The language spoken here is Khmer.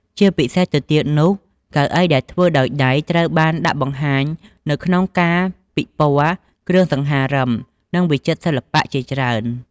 ជាពិសេសទៅទៀតនោះ កៅអីដែលធ្វើដោយដៃត្រូវបានដាក់បង្ហាញនៅក្នុងការពិព័រណ៍គ្រឿងសង្ហារឹម និងវិចិត្រសិល្បៈជាច្រើន។